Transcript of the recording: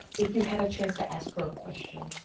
if you had a chance to ask her a question,